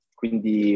quindi